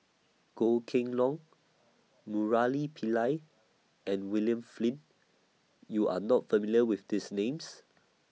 Goh Kheng Long Murali Pillai and William Flint YOU Are not familiar with These Names